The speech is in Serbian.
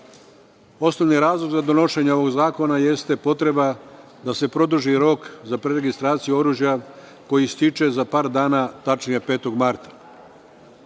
Torbica. Osnovni razlog za donošenje ovog zakona jeste potreba da se produži rok za preregistraciju oružja, koji ističe za par dana, tačnije 5. marta.